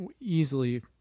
easily